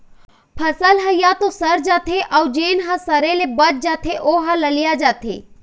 फसल ह य तो सर जाथे अउ जेन ह सरे ले बाच जाथे ओ ह ललिया जाथे